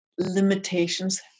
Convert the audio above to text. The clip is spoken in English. limitations